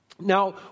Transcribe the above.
Now